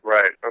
Right